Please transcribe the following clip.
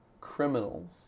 criminals